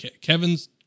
Kevin's